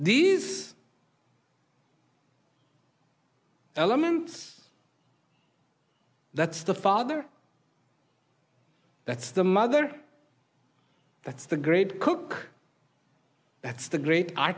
these elements that's the father that's the mother that's the great cook that's the great